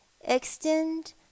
extend